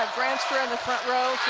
ah granstra in the front row